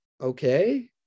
okay